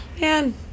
man